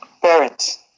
Parents